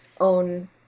own